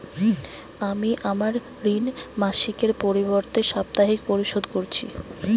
আমি আমার ঋণ মাসিকের পরিবর্তে সাপ্তাহিক পরিশোধ করছি